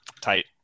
Tight